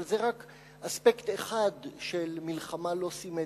אבל זה רק אספקט אחד של מלחמה לא סימטרית.